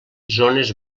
zones